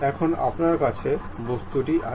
এখন আপনার কাছে বস্তুটি আছে